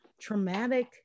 traumatic